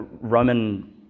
roman